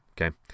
okay